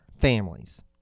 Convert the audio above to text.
families